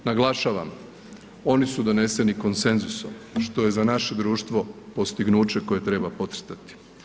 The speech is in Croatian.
Naglašavam, oni su doneseni konsenzusom, što je za naše društvo postignuće koje treba podcrtati.